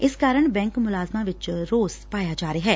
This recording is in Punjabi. ਇਸ ਕਾਰਨ ਬੈਂਕ ਮੁਲਾਜ਼ਮਾਂ ਵਿਚ ਰੋਸ ਪਾਇਆ ਜਾ ਰਿਹੈ